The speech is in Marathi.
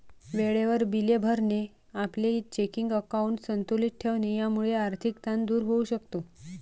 वेळेवर बिले भरणे, आपले चेकिंग अकाउंट संतुलित ठेवणे यामुळे आर्थिक ताण दूर होऊ शकतो